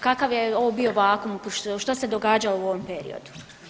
Kakav je ovo bio vakuum, što se događalo u ovom periodu?